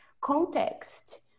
context